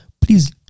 please